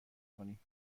کنیم